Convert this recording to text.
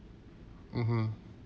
mmhmm